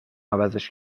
عوضش